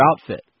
outfit